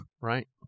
Right